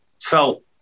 felt